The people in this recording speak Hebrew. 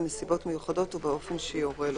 בנסיבות מיוחדות ובאופן שיורה לו.